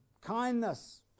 Kindness